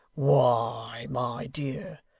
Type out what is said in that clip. why, my dear,